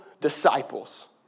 Disciples